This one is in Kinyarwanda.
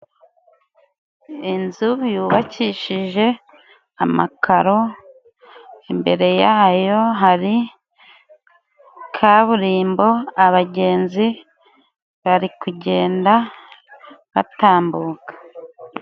Inzu yubakishije amakaro, imbere yayo hari kaburimbo, abagenzi bari kugenda batambuka.